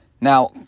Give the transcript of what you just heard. Now